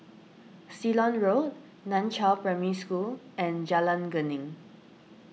Ceylon Road Nan Chiau Primary School and Jalan Geneng